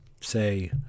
say